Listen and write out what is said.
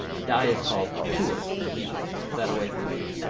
a die is called pur in hebrew. tuck that away for later.